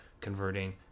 converting